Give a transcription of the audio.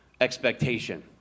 expectation